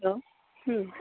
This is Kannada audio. ಹಲೋ ಹ್ಞೂ